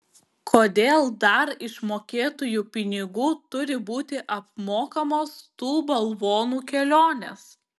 kodėl dar iš mokėtojų pinigų turi būti apmokamos tų balvonų kelionės